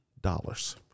dollars